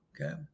Okay